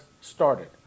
started